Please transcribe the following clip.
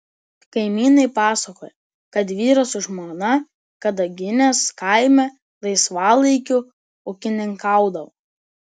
kaimynai pasakojo kad vyras su žmona kadaginės kaime laisvalaikiu ūkininkaudavo